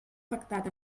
pactat